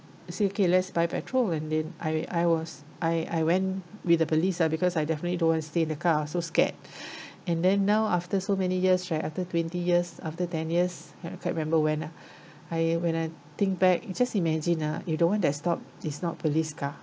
say okay let's buy petrol and then I I was I I went with the police ah because I definitely don't want to stay in the car so scared and then now after so many years right after twenty years after ten years can't quite remember when lah I when I think back just imagine lah if the one that stop is not police car